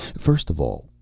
first of all,